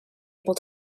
able